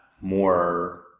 more